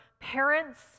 parents